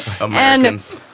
Americans